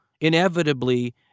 inevitably